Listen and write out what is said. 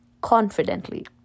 confidently